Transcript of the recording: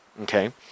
okay